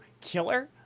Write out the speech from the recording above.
killer